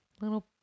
little